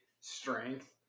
strength